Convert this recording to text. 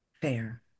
Fair